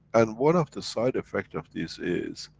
and one of the side effect of this is,